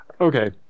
okay